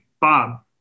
Bob